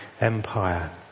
empire